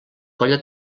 colla